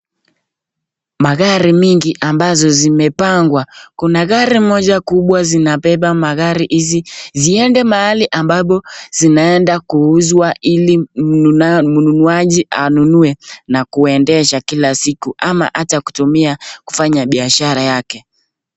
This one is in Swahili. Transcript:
Magari mingi ambazo zimepagwa. Kuna gari moja kubwa ambazo zinabeba magari hizi ziende mahali ambapo zinaenda kuuzwa ili mnunuaji anunue na kuendesha kila siku ama ata kutumia kufanya biashara yake.